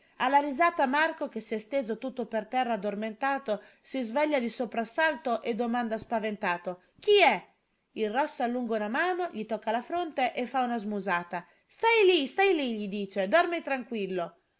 alla risata marco che s'è steso tutto per terra e addormentato si sveglia di soprassalto e domanda spaventato chi è il rosso allunga una mano gli tocca la fronte e fa una smusata stai lì stai lì gli dice dormi tranquillo